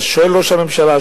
שואל ראש הממשלה,